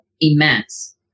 immense